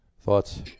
Thoughts